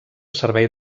servei